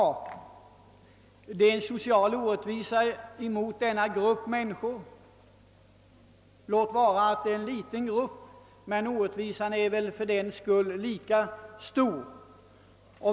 Det är en social orättvisa mot denna grupp av människor. Låt vara att det är en liten grupp, men orättvisan är väl fördenskull lika stor.